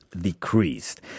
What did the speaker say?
decreased